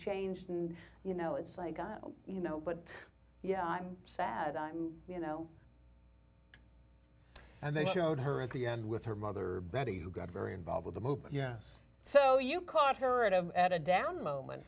changed and you know it's like you know but yeah i'm sad you know and they showed her at the end with her mother betty who got very involved with the movement yes so you caught her at a at a down moment